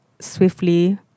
swiftly